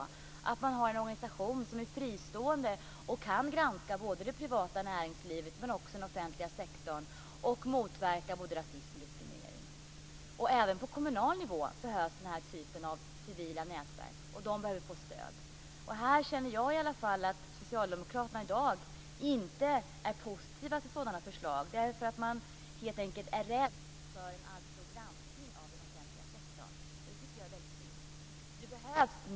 Man behöver ha en organisation som är fristående och kan granska både det privata näringslivet och den offentliga sektorn samt motverka både rasism och diskriminering. Även på kommunal nivå behövs den här typen av civila nätverk och de behöver få stöd. Här känner i alla fall jag att socialdemokraterna i dag inte är positiva till sådana förslag, därför att man helt enkelt är rädd för en alltför ingående granskning av den offentliga sektorn. Det tycker jag är mycket synd.